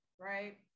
right